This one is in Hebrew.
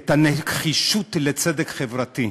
את הנחישות לצדק חברתי,